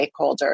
stakeholders